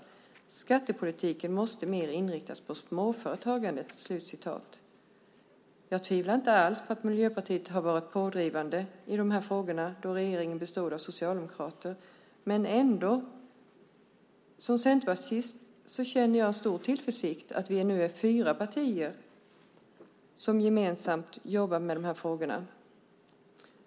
Skattepolitiken måste mer inriktas på småföretagandet." Jag tvivlar inte alls på att Miljöpartiet var pådrivande i de här frågorna då regeringen bestod av socialdemokrater, men som centerpartist känner jag ändå stor tillförsikt i att vi nu är fyra partier som gemensamt jobbar med de här frågorna.